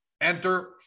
Enter